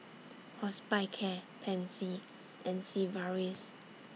Hospicare Pansy and Sigvaris